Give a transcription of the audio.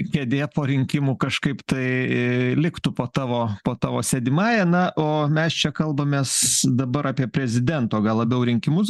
kėdė po rinkimų kažkaip tai liktų po tavo po tavo sėdimąja na o mes čia kalbamės dabar apie prezidento gal labiau rinkimus